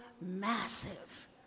massive